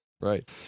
Right